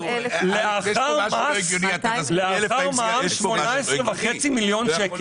לאחר מע"מ 18.5 מיליון שקלים.